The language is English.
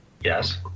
Yes